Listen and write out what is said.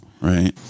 right